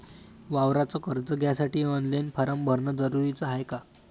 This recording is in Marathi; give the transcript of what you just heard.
वावराच कर्ज घ्यासाठी ऑनलाईन फारम भरन जरुरीच हाय का?